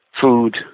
food